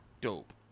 dope